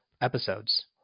episodes